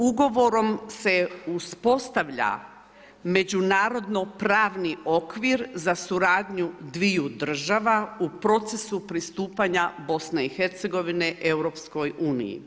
Ugovorom se uspostavlja međunarodnopravni okvir za suradnju dviju država u procesu pristupanja BiH EU.